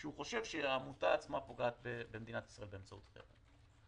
כשהוא חושב שהעמותה עצמה פוגעת במדינת ישראל באמצעות חרם.